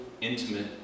intimate